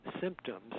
symptoms